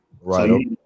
Right